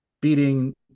beating